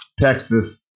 Texas